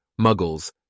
muggles